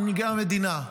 מנהיגי המדינה.